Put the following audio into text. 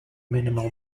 minimal